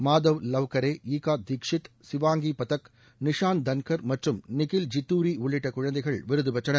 மாதவ் லவ்கரே ஈகா தீக்ஷித் சிவாங்கி பதக் நிஷாந்த் தன்கர் மற்றும் நிகில் ஜித்தூரி உள்ளிட்ட குழந்தைகள் விருது பெற்றனர்